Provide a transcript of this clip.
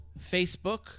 Facebook